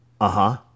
Uh-huh